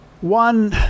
One